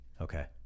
Okay